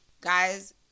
guys